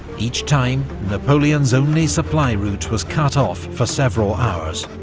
each time napoleon's only supply route was cut off for several hours,